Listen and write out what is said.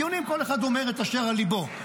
בדיונים כל אחד אומר את אשר על ליבו,